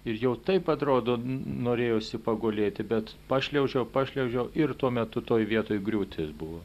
ir jau taip atrodo norėjosi pagulėti bet pašliaužiau pašliaužiau ir tuo metu toj vietoj griūtis buvo